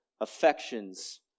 affections